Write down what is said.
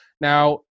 Now